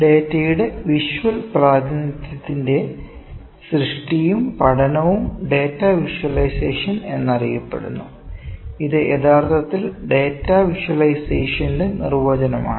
ഡാറ്റയുടെ വിഷ്വൽ പ്രാതിനിധ്യത്തിന്റെ സൃഷ്ടിയും പഠനവും ഡാറ്റ വിഷ്വലൈസേഷൻ എന്നറിയപ്പെടുന്നു ഇത് യഥാർത്ഥത്തിൽ ഡാറ്റ വിഷ്വലൈസേഷന്റെ നിർവചനമാണ്